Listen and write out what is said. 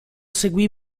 seguì